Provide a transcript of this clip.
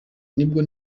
nibwo